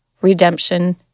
redemption